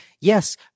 Yes